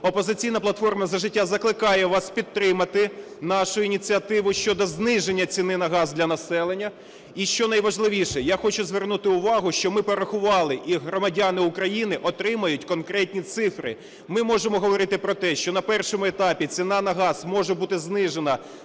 "Опозиційна платформа - За життя" закликає вас підтримати нашу ініціативу щодо зниження ціни на газ для населення. І що найважливіше, я хочу звернути увагу, що ми порахували і громадяни України отримають конкретні цифри. Ми можемо говорити про те, що на першому етапі ціна на газ може бути знижена